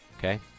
Okay